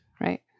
Right